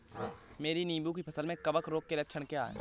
मेरी नींबू की फसल में कवक रोग के लक्षण क्या है?